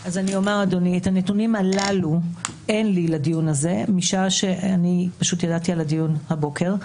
את הנתונים האלה אין לי לדיון משום שידעתי על הדיון רק הבוקר.